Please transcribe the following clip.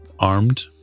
armed